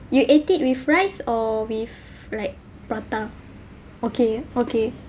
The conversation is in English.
you eat it with rice or with like prata okay okay